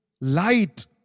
Light